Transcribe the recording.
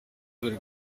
claver